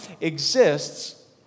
exists